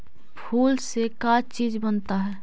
फूल से का चीज बनता है?